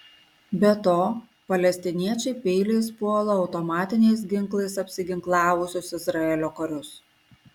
be to palestiniečiai peiliais puola automatiniais ginklais apsiginklavusius izraelio karius